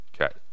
Okay